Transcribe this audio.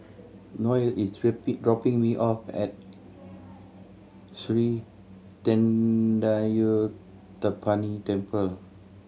Noel is dropping me off at Sri Thendayuthapani Temple